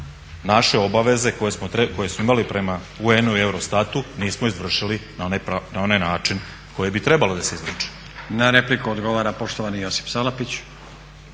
naše obaveze koje smo imali prema UN-u i EUROSTAT-u nismo izvršili na onaj način na koji bi trebalo da se izvrše. **Stazić, Nenad (SDP)** Na repliku odgovara poštovani Josip Salapić.